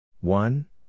One